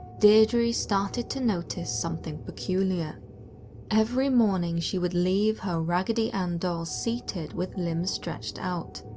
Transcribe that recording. deidre started to notice something peculiar every morning she would leave her raggedy ann doll seated with limbs stretched out,